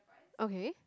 okay